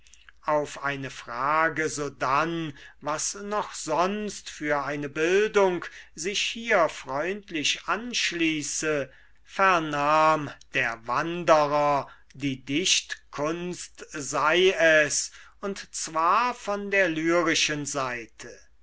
auf eine frage sodann was noch sonst für eine bildung sich hier freundlich anschließe vernahm der wanderer die dichtkunst sei es und zwar von der lyrischen seite